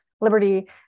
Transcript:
liberty